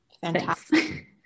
Fantastic